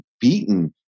beaten